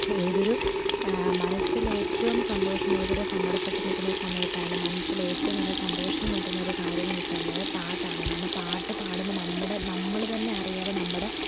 ഏതൊരു മനസ്സിലേറ്റവും സന്തോഷമേതൊരു സങ്കടപ്പെട്ടു നിൽക്കുന്ന സമയത്തായാലും മനസ്സിലേറ്റവും നല്ല സന്തോഷം കൊണ്ടു വരുന്നൊരു കാര്യമെന്നു വെച്ചു കഴിഞ്ഞാൽ അതു പാട്ടാണ് കാരണം പാട്ടു പാടുമ്പം നമ്മുടെ നമ്മൾ തന്നെ അറിയാതെ നമ്മുടെ